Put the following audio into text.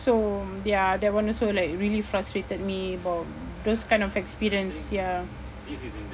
so ya that one also like really frustrated me about those kind of experience ya